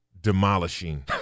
demolishing